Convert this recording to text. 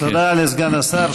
תודה לסגן השר.